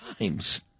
Times